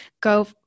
go